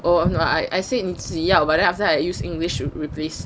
oh no I I say 你只要 but after that I use english to replace